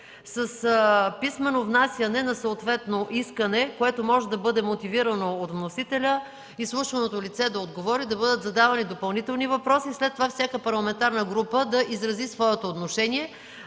с писмено внасяне на съответно искане, което може да бъде мотивирано от вносителя, изслушаното лице да отговори, да бъдат задавани допълнителни въпроси и след това всяка парламентарна група да изрази своето отношение.